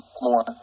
more